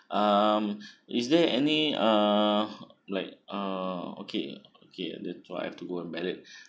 um is there any uh like uh okay okay that one I have to go and ballot